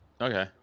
Okay